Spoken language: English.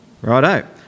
Righto